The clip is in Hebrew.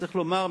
צריך לומר,